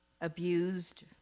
abused